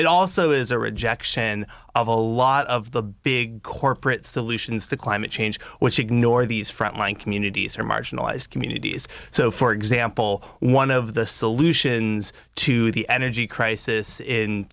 it also is a rejection of a lot of the big corporate solutions to climate change which ignore these frontline communities or marginalized communities so for example one of the solutions to the energy crisis in